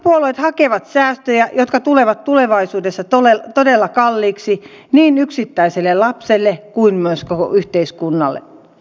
hallituspuolueet hakevat säästöjä jotka tulevat tulevaisuudessa todella kalliiksi niin yksittäiselle lapselle kuin myös koko yhteiskunnalle